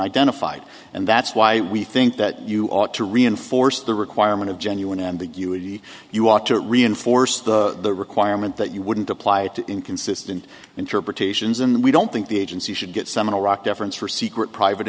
identified and that's why we think that you ought to reinforce the requirement of genuine ambiguity you ought to reinforce the requirement that you wouldn't apply it to inconsistent interpretations and we don't think the agency should get some in iraq deference for secret private